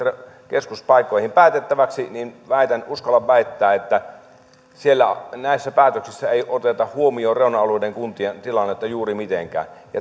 keskuspaikkoihin päätettäväksi uskallan väittää että siellä näissä päätöksissä ei oteta huomioon reuna alueiden kuntien tilannetta juuri mitenkään